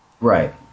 Right